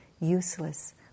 useless